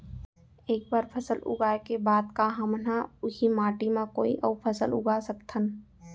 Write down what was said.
एक बार फसल उगाए के बाद का हमन ह, उही माटी मा कोई अऊ फसल उगा सकथन?